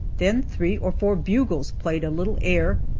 then three or four bugles played a little air,